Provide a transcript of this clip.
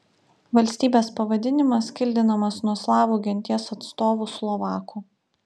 valstybės pavadinimas kildinamas nuo slavų genties atstovų slovakų